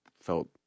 felt